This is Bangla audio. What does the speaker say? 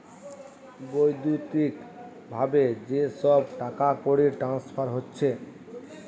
বৈদ্যুতিক ভাবে যে সব টাকাকড়ির ট্রান্সফার হচ্ছে